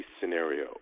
scenario